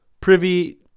Privy